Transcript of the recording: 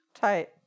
Tight